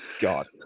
god